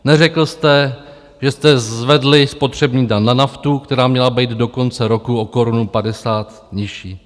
Neřekl jste, že jste zvedli spotřební daň na naftu, která měla být do konce roku o korunu padesát nižší.